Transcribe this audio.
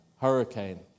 hurricane